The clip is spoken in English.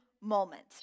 moments